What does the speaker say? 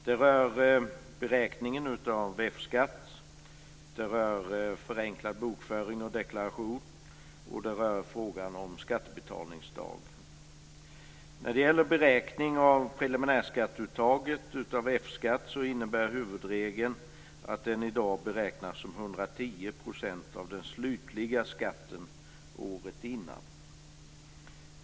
Det rör beräkningen av F-skatt, det rör förenklad bokföring och deklaration och det rör frågan om skattebetalningsdag. När det gäller beräkning av preliminärskatteuttaget av F-skatt innebär huvudregeln att den i dag beräknas som 110 % av den slutliga skatten året innan.